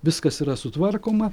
viskas yra sutvarkoma